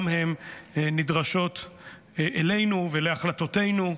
גם הן נדרשות אלינו ולהחלטותינו,